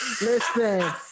Listen